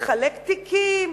לחלק תיקים,